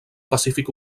pacífic